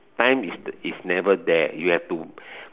time is is never there you have to